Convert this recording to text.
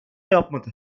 yapmadı